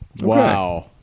Wow